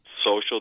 Social